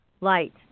light